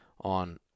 on